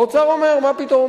והאוצר אומר: מה פתאום?